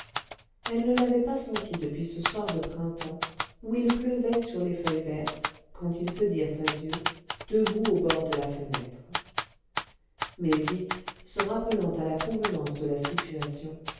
elle ne l'avait pas sentie depuis ce soir de printemps où il pleuvait sur les feuilles vertes quand ils se dirent adieu debout au bord de la fenêtre mais vite se rappelant à la convenance de la situation